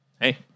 hey